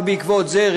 רק בעקבות זה,